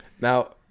Now